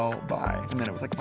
so bye. and then it was